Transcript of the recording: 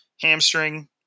hamstring